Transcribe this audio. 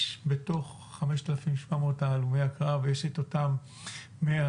יש בתוך 5,700 הלומי הקרב יש את אותם 100,